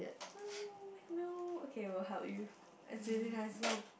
oh no okay we'll help you as to you